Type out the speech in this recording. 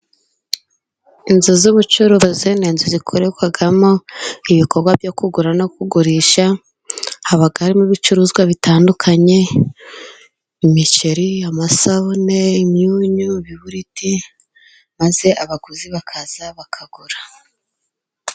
Inzu z'ubucuruzi ni inzu zikorerwamo ibikorwa byo kugura no kugurisha haba harimo ibicuruzwa bitandukanye imiceri, amasabune, imyunyu, ibibiriti maze abaguzi bakaza bakagura.